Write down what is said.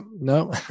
no